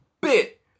bit